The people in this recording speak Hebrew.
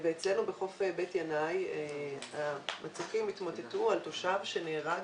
אצלנו בחוף בית ינאי המצוקים התמוטטו על תושב שנהרג,